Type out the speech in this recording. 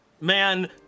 man